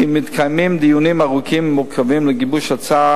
וכי מתקיימים דיונים ארוכים ומורכבים לגיבוש הצעה